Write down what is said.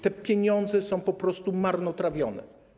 Te pieniądze są po prostu marnotrawione.